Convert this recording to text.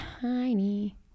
tiny